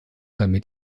damit